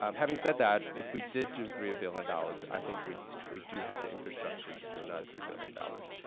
um having said, that if we did do three billion dollars, i think we we do have the infrastructure to do another three billion dollars.